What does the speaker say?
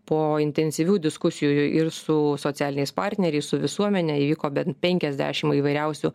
po intensyvių diskusijų ir su socialiniais partneriais su visuomene įvyko bent penkiasdešim įvairiausių